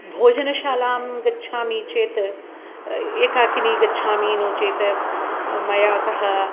भोजनशालां गच्छामि चेत् एकाकिनी गच्छामि नो चेत् मया सह